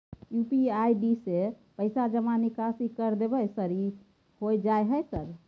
UPI ID से पैसा जमा निकासी कर देबै सर होय जाय है सर?